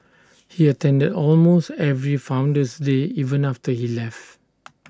he attended almost every Founder's day even after he left